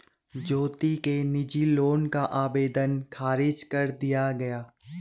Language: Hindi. ज्योति के निजी लोन का आवेदन ख़ारिज कर दिया गया